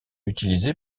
utilisé